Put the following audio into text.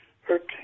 hurt